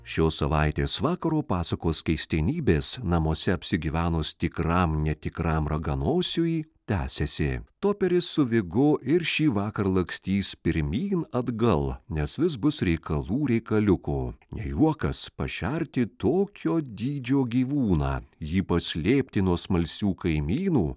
šios savaitės vakaro pasakos keistenybės namuose apsigyvenus tikram netikram raganosiui tęsiasi toperis su vigu ir šįvakar lakstys pirmyn atgal nes vis bus reikalų reikaliukų ne juokas pašerti tokio dydžio gyvūną jį paslėpti nuo smalsių kaimynų